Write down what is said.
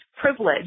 privilege